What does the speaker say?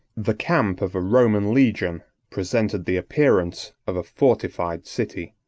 the camp of a roman legion presented the appearance of a fortified city.